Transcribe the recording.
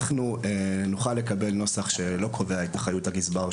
אנחנו נוכל לקבל נוסח שלא קובע את אחריות הגזבר,